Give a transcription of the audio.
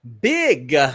Big